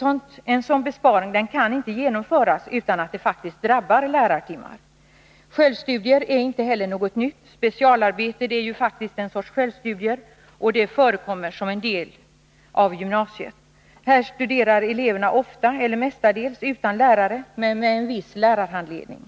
Men en besparing av den här storleksordningen kan inte genomföras utan att det faktiskt drabbar antalet lärartimmar. Självstudier är heller inte något nytt. Specialarbete är t. ex en sorts självstudier, och det förekommer som en del av arbetet i gymnasiet. Där studerar eleverna mestadels utan lärare men med en viss lärarhandledning.